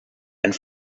and